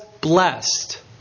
blessed